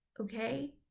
Okay